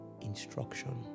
instruction